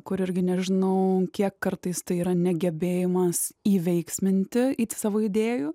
kur irgi nežinau kiek kartais tai yra negebėjimas įveiksminti į savo idėjų